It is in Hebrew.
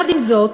עם זאת,